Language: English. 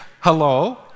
Hello